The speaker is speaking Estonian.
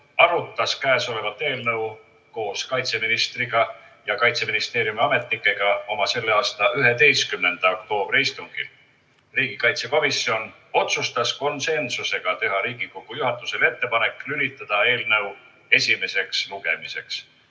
arutas eelnõu koos kaitseminister Kalle Laaneti ja Kaitseministeeriumi ametnikega oma selle aasta 11. oktoobri istungil. Riigikaitsekomisjon otsustas konsensusega teha Riigikogu juhatusele ettepaneku lülitada eelnõu esimeseks lugemiseks